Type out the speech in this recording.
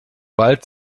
bald